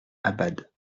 abad